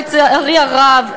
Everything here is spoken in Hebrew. לצערי הרב,